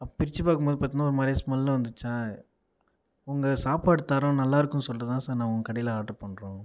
பிரித்து பார்க்கும்போது பார்த்தினா ஒரு மாதிரியா ஸ்மெல் வந்துச்சா உங்கள் சாப்பாடு தரம் நல்லா இருக்குனு சொல்லிட்டுதான் சார் நான் உங்கள் கடையில் ஆர்டர் பண்ணறோம்